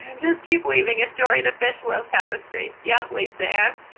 and just keep weaving. if dory the fish wove tapestry. yep lisa ann,